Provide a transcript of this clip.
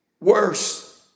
worse